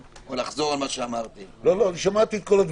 שמעתי.